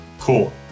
Cool